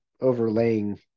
overlaying